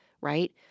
right